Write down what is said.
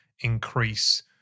increase